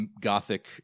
gothic